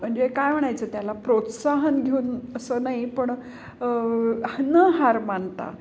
म्हणजे काय म्हणायचं त्याला प्रोत्साहन घेऊन असं नाही पण न हार मानता